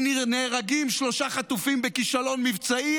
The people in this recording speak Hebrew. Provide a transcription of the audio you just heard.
אם נהרגים שלושה חטופים בכישלון מבצעי,